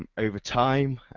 um over time.